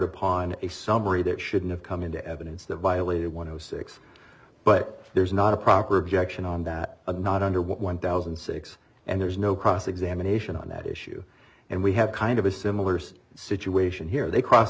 upon a summary that shouldn't have come into evidence that violated one zero six but there's not a proper objection on that not under what one thousand and six and there's no cross examination on that issue and we have kind of a similar situation here they cross